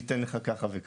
ניתן לך ככה וככה.